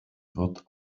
wird